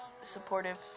supportive